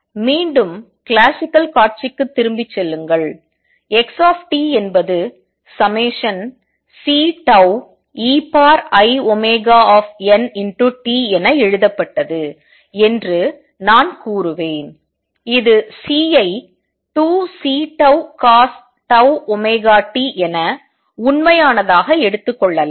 மீண்டும் கிளாசிக்கல் காட்சிக்குத் திரும்பிச் செல்லுங்கள் x என்பது ∑Ceiωntஎன எழுதப்பட்டது என்று நான் கூறுவேன் இது C ஐ 2Ccos⁡τωt என உண்மையானதாக எடுத்துக்கொள்ளலாம்